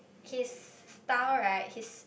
his style right his